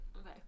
Okay